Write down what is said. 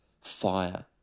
fire